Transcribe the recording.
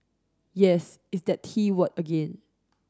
yes it's that T word again